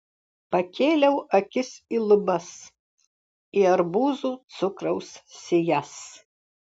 pakėliau akis į lubas į arbūzų cukraus sijas